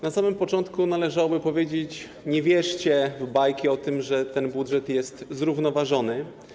Na samym początku należałoby powiedzieć: nie wierzcie w bajki o tym, że ten budżet jest zrównoważony.